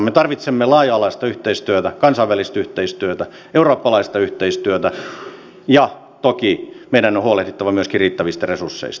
me tarvitsemme laaja alaista yhteistyötä kansainvälistä yhteistyötä eurooppalaista yhteistyötä ja toki meidän on huolehdittava myöskin riittävistä resursseista